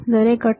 દરેક ઘટક